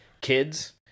kids